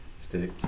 Stick